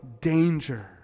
danger